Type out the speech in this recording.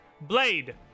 blade